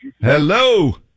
Hello